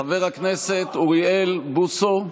חבר הכנסת אוריאל בוסו,